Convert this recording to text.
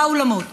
ארבעה אולמות,